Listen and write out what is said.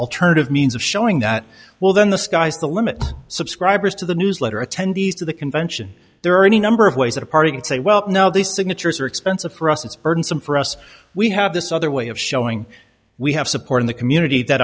alternative means of showing that well then the sky's the limit subscribers to the newsletter attendees to the convention there are any number of ways that a party can say well no these signatures are expensive for us it's burdensome for us we have this other way of showing we have support in the community that